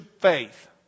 faith